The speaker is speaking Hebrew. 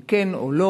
אם כן או לא.